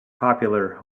popular